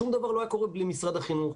שום דבר לא היה קורה בלי משרד החינוך.